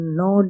no